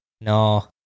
No